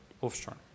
offshore